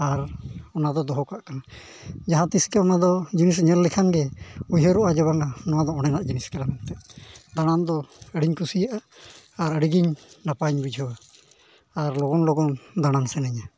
ᱟᱨ ᱚᱱᱟᱫᱚ ᱫᱚᱦᱚ ᱠᱟᱜ ᱠᱟᱱᱟ ᱡᱟᱦᱟᱸ ᱛᱤᱥ ᱜᱮ ᱚᱱᱟᱫᱚ ᱡᱤᱱᱤᱥ ᱧᱮᱞ ᱞᱮᱠᱷᱟᱡ ᱜᱮ ᱩᱭᱦᱟᱹᱨᱚᱜᱼᱟ ᱵᱟᱝᱟ ᱚᱱᱟ ᱫᱚ ᱚᱸᱰᱮᱱᱟᱜ ᱡᱤᱱᱤᱥ ᱠᱟᱱᱟ ᱢᱮᱱᱛᱮᱫ ᱫᱟᱬᱟᱱ ᱫᱚ ᱟᱹᱰᱤᱧ ᱠᱩᱥᱤᱭᱟᱜᱼᱟ ᱟᱨ ᱟᱹᱰᱤᱜᱤᱧ ᱱᱟᱯᱟᱭᱤᱧ ᱵᱩᱡᱷᱟᱹᱣᱟ ᱟᱨ ᱞᱚᱜᱚᱱ ᱞᱚᱜᱚᱱ ᱫᱟᱬᱟᱱ ᱥᱟᱱᱟᱧᱟᱹ